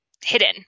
hidden